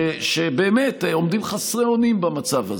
שבאמת עומדים חסרי אונים במצב הזה.